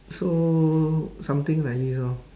so something like this lor